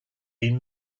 been